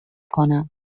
کنم